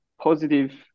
positive